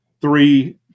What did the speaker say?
three –